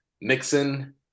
Mixon